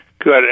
Good